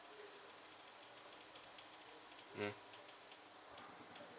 mm